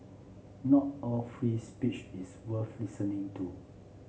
not all free speech is worth listening to